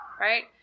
right